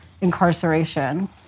incarceration